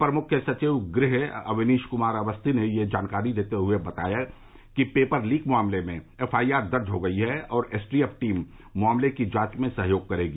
अपर मुख्य सचिव गृह अवनीश कुमार अवस्थी ने यह जानकारी देते हुए बताया कि पेपर लीक मामले में एफ आई आर दर्ज हो गई है और एस टी एफ टीम मामले की जांच में सहयोग करेगी